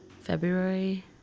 February